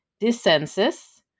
dissensus